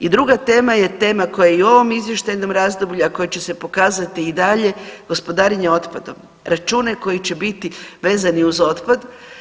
I druga tema je tema koja je i u ovom izvještajnom razdoblju, a koja će se pokazati i dalje, gospodarenje otpadom. račune koji će biti vezani uz otpad.